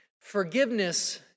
Forgiveness